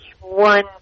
one